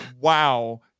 Wow